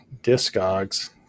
Discogs